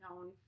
known